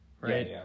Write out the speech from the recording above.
right